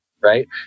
right